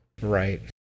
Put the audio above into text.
Right